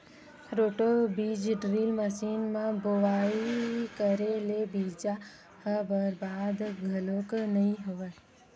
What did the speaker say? roto बीज drill machine म बोवई करे ले बीजा ह बरबाद घलोक नइ होवय